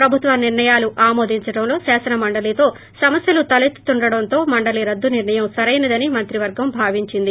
ప్రభుత్వ నిర్ణయాలు ఆమోదించడంలో శాసన మండలితో సమస్యలు తలెత్తుతుండడంతో మండలి రద్దు నిర్దయం సరైనదని మంత్రివర్గం భావించింది